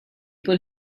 put